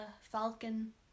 Falcon